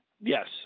Yes